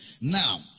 Now